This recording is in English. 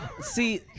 See